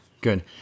Good